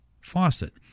faucet